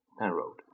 narrowed